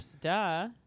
Duh